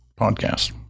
podcast